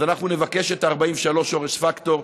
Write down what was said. אז אנחנו נבקש 43 שורש פקטור,